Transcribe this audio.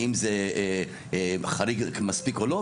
האם זה חריג מספיק או לא,